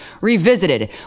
Revisited